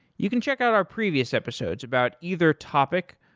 you can check out our previous episodes about either topic,